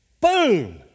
Boom